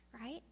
right